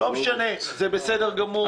לא משנה, זה בסדר גמור.